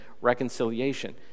reconciliation